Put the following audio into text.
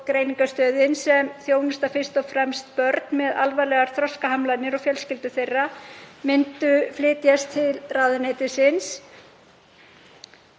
greiningarstöðin, sem þjónustar fyrst og fremst börn með alvarlegar þroskahamlanir og fjölskyldur þeirra, myndi flytjast til ráðuneytisins.